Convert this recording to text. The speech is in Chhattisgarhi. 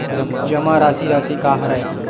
जमा राशि राशि का हरय?